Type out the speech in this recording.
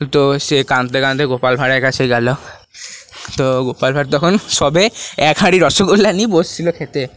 তো সে কাঁদতে কাঁদতে গোপাল ভাঁড়ের কাছে গেলো তো গোপাল ভাঁড় তখন সবে এক হাড়ি রসগোল্লা নিয়ে বসছিলো খেতে